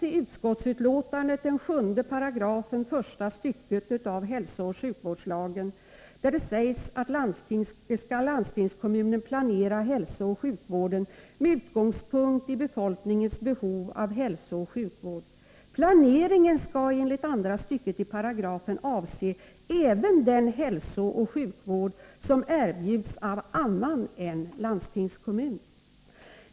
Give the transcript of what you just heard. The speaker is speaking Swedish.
I utskottsbetänkandet citeras 7 § sista stycket hälsooch sjukvårdslagen, där det sägs att landstingskommun skall planera hälsooch sjukvården med utgångspunkt i befolkningens behov av hälsooch sjukvård. Planeringen skall enligt paragrafens andra stycke avse även den hälsooch sjukvård som erbjuds av annan än landstingskommun.